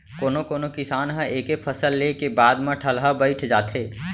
कोनो कोनो किसान ह एके फसल ले के बाद म ठलहा बइठ जाथे